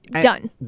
Done